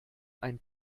ein